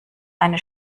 eine